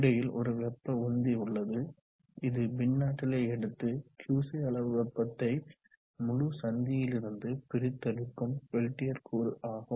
இடையில் ஒரு வெப்ப உந்தி உள்ளது இது மின் ஆற்றலை எடுத்து QC அளவு வெப்பத்தை முழு சந்தியிலிருந்து பிரித்தெடுக்கும் பெல்டியர் கூறு ஆகும்